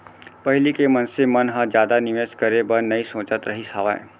पहिली के मनसे मन ह जादा निवेस करे बर नइ सोचत रहिस हावय